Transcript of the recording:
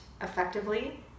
effectively